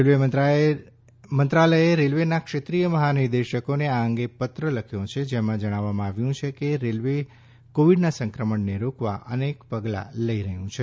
railway મંત્રાલયે રેલવેના ક્ષેત્રીય મહાનિર્દેશકોને આ અંગે પત્ર લખ્યો છે જેમાં જણાવવામાં આવ્યું છે કે રેલવે કોવિડના સંક્રમણને રોકવા અનેક પગલાં લઈ રહ્યું છે